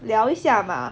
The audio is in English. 聊一下嘛